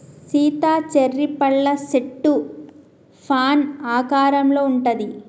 Sita cherry పళ్ళ సెట్టు fan ఆకారంలో ఉంటది